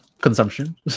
consumption